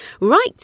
Right